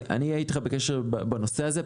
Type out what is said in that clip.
אני אהיה איתך בקשר בנושא הזה.